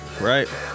right